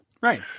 Right